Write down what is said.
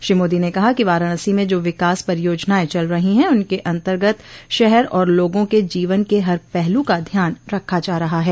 श्री मोदी ने कहा कि वाराणसी में जो विकास परियोजनाएं चल रही हैं उनके अंतर्गत शहर और लोगों के जीवन के हर पहलू का ध्यान रखा जा रहा है